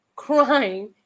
crying